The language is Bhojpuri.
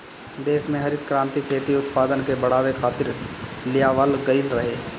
देस में हरित क्रांति खेती में उत्पादन के बढ़ावे खातिर लियावल गईल रहे